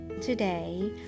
today